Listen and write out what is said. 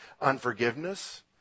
Unforgiveness